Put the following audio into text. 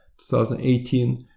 2018